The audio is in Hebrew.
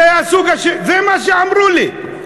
זה הסוג השני, זה מה שאמרו לי.